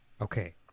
okay